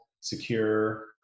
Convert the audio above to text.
secure